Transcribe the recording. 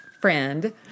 friend